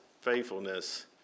faithfulness